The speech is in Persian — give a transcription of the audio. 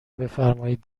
بفرمائید